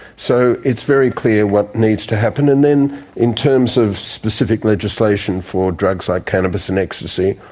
so it's very clear what needs to happen, and then in terms of specific legislation for drugs like cannabis and ecstasy,